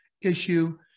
issue